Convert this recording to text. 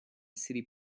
city